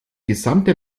gesamte